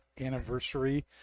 anniversary